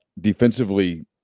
defensively